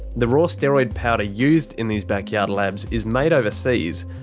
the raw steroid powder used in these backyard labs is made overseas,